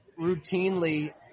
routinely